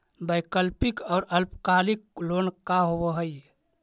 वैकल्पिक और अल्पकालिक लोन का होव हइ?